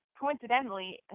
Coincidentally